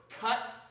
cut